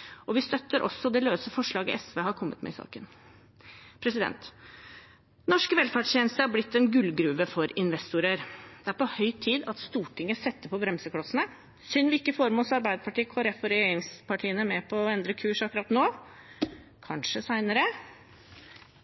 dekkende. Vi støtter også det løse forslaget SV har kommet med i saken. Norske velferdstjenester har blitt en gullgruve for investorer. Det er på høy tid at Stortinget setter på bremseklossene. Det er synd vi ikke får Arbeiderpartiet, Kristelig Folkeparti og regjeringspartiene med på å endre kurs akkurat nå – men kanskje senere.